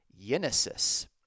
genesis